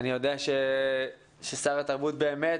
אני יודע ששר התרבות באמת,